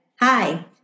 Hi